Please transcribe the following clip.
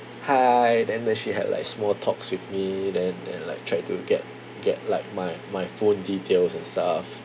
hi then then she had like small talks with me then then like try to get get like my my phone details and stuff